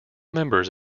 members